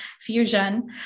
fusion